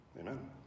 Amen